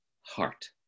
heart